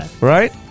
Right